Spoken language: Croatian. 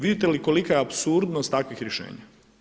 Vidite li kolika je apsurdnost takvih rješenja.